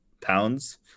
pounds